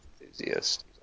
enthusiast